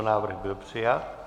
Návrh byl přijat.